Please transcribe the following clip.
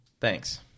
Thanks